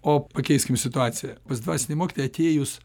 o pakeiskim situaciją pas dvasinį mokytoją atėjus